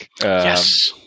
Yes